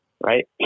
Right